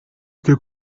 cyo